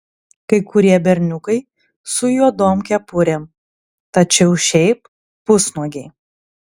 kai kurie berniukai su juodom kepurėm tačiau šiaip pusnuogiai